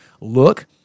look